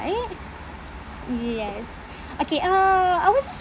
yes okay uh I wasn't